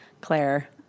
Claire